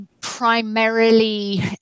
primarily